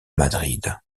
madrid